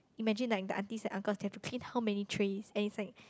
imagine like the aunties and uncles they have to clean how many trays and it's like